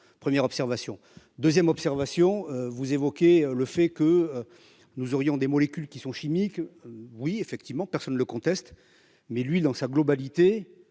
première observation 2ème observation, vous évoquez le fait que nous aurions des molécules qui sont chimique oui effectivement, personne ne le conteste, mais lui, dans sa globalité